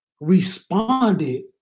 responded